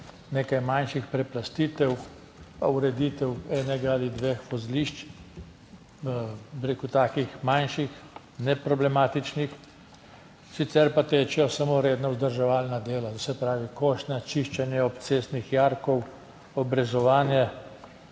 nekaj manjših preplastitev, ureditev enega ali dveh vozlišč, bu rekel takih manjših, neproblematičnih, sicer pa tečejo samo redna vzdrževalna dela, to se pravi košnja, čiščenje ob cestnih jarkov, obrezovanje,